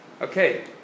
Okay